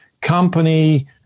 company